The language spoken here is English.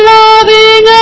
loving